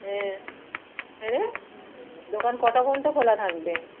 হ্যাঁ হ্যাঁ রে দোকান কটা পর্যন্ত খোলা থাকবে